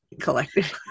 collected